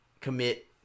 commit